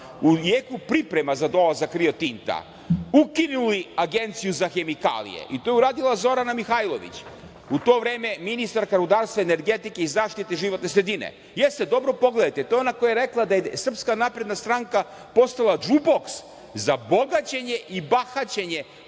u jeku priprema za dolazak Rio Tinta, ukinuli Agenciju za hemikalije. To je uradila Zorana Mihajlović, a u to vreme ministar rudarstva i energetike i zaštite životne sredine. Jeste, dobro pogledajte, to je ona koja je rekla da je SNS postala džuboks za bogaćenje i bahaćenje